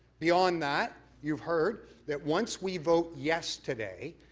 beyond that, you've heard that once we vote yes today,